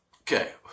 okay